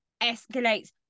escalates